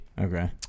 Okay